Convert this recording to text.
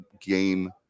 game